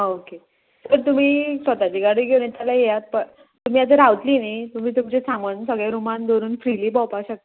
आं okay sir तुमी स्वताची गाडी घेवन येत जाल्या येयात तुमी आतां रावतली न्ही तुमी तुमचे सामान सगळे रुमान दवरून फ्रिली भोंवपाक शकता